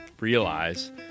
Realize